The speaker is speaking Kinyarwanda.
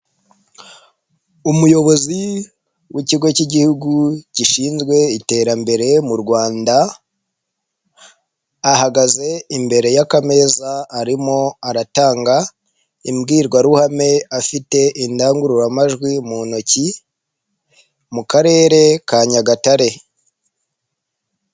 Umuyobozi w'ikigo cy'igihugu gishinzwe iterambere mu Rwanda ahagaze imbere y'ameza arimo aratanga imbwirwaruhame afite indangururamajwi mu ntoki mu karere ka Nyagatare.